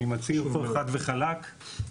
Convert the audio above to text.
אני מצהיר חד וחלק,